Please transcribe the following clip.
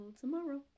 tomorrow